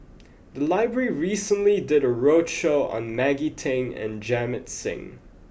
the library recently did a roadshow on Maggie Teng and Jamit Singh